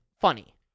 funny